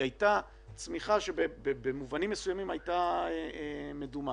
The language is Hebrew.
היא הייתה צמיחה שבמובנים מסוימים הייתה מדומה.